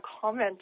comment